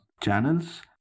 channels